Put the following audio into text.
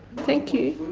thank you